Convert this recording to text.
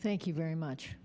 thank you very much